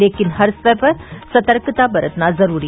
लेकिन हर स्तर पर सतर्कता बरतना जरूरी